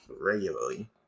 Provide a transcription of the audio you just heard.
regularly